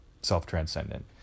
self-transcendent